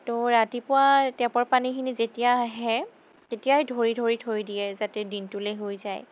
ত' ৰাতিপুৱা টেপৰ পানীখিনি যেতিয়া আহে তেতিয়াই ধৰি ধৰি থৈ দিয়ে যাতে দিনটোলৈ হৈ যায়